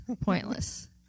pointless